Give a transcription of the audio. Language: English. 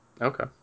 Okay